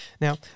Now